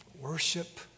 WORSHIP